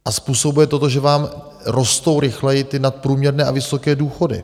A způsobuje to to, že vám rostou rychleji ty nadprůměrné a vysoké důchody.